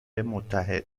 متحد